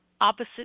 opposite